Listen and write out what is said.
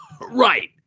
Right